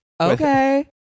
Okay